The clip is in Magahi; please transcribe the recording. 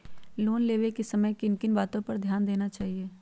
लोन लेने के समय किन किन वातो पर ध्यान देना चाहिए?